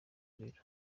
ibiro